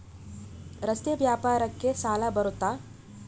ರಸ್ತೆ ವ್ಯಾಪಾರಕ್ಕ ಸಾಲ ಬರುತ್ತಾ?